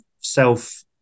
self